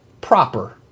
Proper